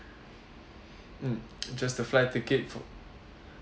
mm just the flight ticket for